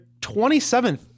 27th